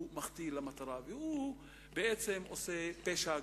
הוא מחטיא את המטרה, ובעצם עושה פשע גדול.